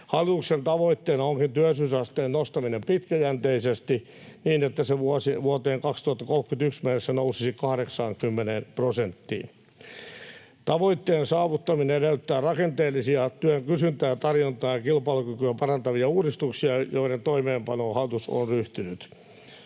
Hallituksen tavoitteena onkin työllisyysasteen nostaminen pitkäjänteisesti niin, että se vuoteen 2031 mennessä nousisi 80 prosenttiin. Tavoitteen saavuttaminen edellyttää rakenteellisia työn kysyntää, tarjontaa ja kilpailukykyä parantavia uudistuksia, joiden toimeenpanoon hallitus on ryhtynyt.